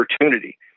opportunity